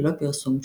ללא פרסום שמו.